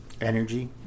Energy